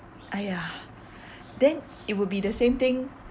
!aiya! then it will be the same thing